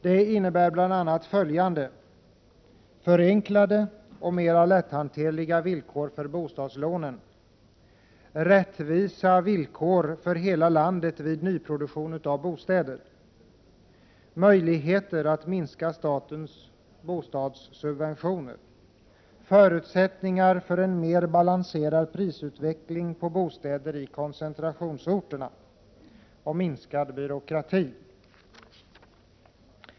Det innebär bl.a. följande: - Möjligheter att minska statens bostadssubventioner. — Förutsättningar för en mer balanserad prisutveckling på bostäder i koncentrationsorter.